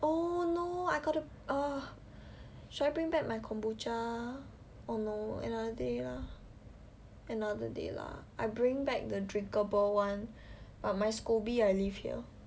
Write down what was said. oh no I got to ugh should I bring back my kombucha oh no another day lah another day lah I bring back the drinkable one but my scooby I leave here